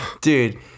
dude